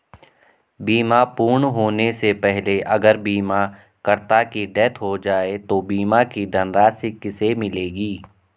बीमा पूर्ण होने से पहले अगर बीमा करता की डेथ हो जाए तो बीमा की धनराशि किसे मिलेगी?